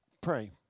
pray